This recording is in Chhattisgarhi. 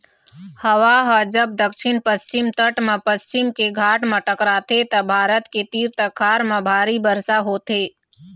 हवा ह जब दक्छिन पस्चिम तट म पश्चिम के घाट म टकराथे त भारत के तीर तखार म भारी बरसा होथे